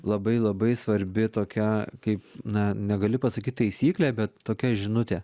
labai labai svarbi tokia kaip na negali pasakyt taisyklė bet tokia žinutė